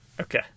Okay